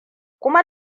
kuma